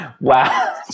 Wow